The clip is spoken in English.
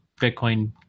Bitcoin